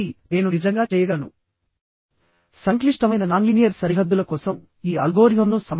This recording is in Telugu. ఈ విధంగా చైన్ బోల్ట్టింగ్ లో నెట్ ఏరియా ని కనుక్కోవాలి